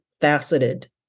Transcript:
Faceted